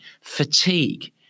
fatigue